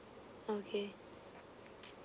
okay